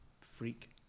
freak